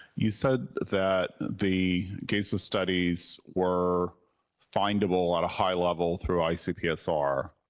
you said that the case of studies were findable at a high level through icpsr